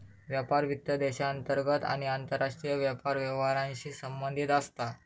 व्यापार वित्त देशांतर्गत आणि आंतरराष्ट्रीय व्यापार व्यवहारांशी संबंधित असता